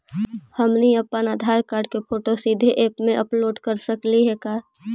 हमनी अप्पन आधार कार्ड के फोटो सीधे ऐप में अपलोड कर सकली हे का?